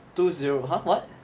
two zero !huh! what